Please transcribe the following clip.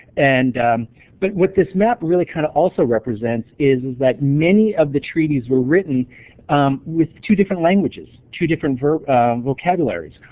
and but what this map really kind of also represents is that many of the treaties were written with two different languages, two different vocabularies.